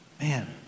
Man